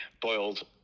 boiled